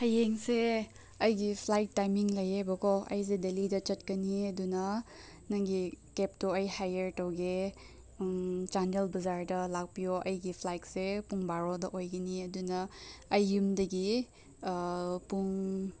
ꯍꯌꯦꯡꯁꯦ ꯑꯩꯒꯤ flight timing ꯂꯩꯌꯦꯕꯀꯣ ꯑꯩꯁꯦ ꯗꯦꯂꯤꯗ ꯆꯠꯀꯅꯤ ꯑꯗꯨꯅ ꯅꯪꯒꯤ ꯀꯦꯞꯇꯣ ꯑꯩ ꯍꯥꯏꯌꯥꯔ ꯇꯧꯒꯦ ꯆꯥꯟꯗꯦꯜ ꯕꯖꯥꯔꯗ ꯂꯥꯛꯄꯤꯌꯣ ꯑꯩꯒꯤ ꯐ꯭ꯂꯥꯏꯠꯁꯦ ꯄꯨꯡ ꯕꯥꯔꯣꯗ ꯑꯣꯏꯒꯅꯤ ꯑꯗꯨꯅ ꯑꯩ ꯌꯨꯝꯗꯒꯤ ꯄꯨꯡ